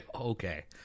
Okay